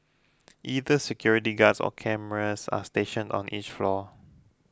either security guards or cameras are stationed on each floor